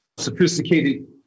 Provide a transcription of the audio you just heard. sophisticated